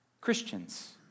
Christians